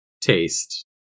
Taste